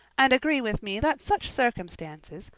and agree with me that such circumstances,